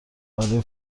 برای